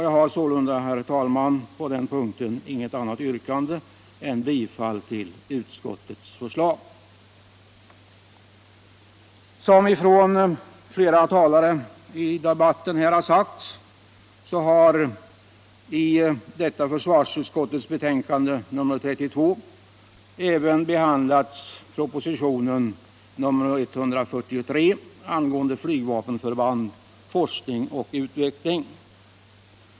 Jag har sålunda, herr talman, inget annat yrkande än bifall till utskottets förslag på denna punkt. Som flera tidigare talare i debatten sagt behandlas i försvarsutskottets betänkande nr 32 även proposition nr 143 angående flygvapenförband, forskning och utveckling.